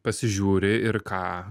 pasižiūri ir ką